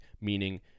meaning